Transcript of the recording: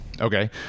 okay